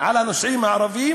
על הנוסעים הערבים